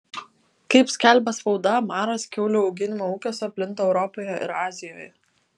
kaip skelbia spauda maras kiaulių auginimo ūkiuose plinta europoje ir azijoje